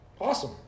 Awesome